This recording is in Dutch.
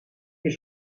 meer